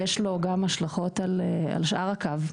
יש לו גם השלכות על שאר הקו,